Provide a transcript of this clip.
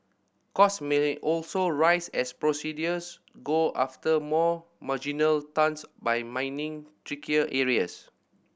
cost many also rise as producers go after more marginal tons by mining trickier areas